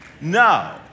No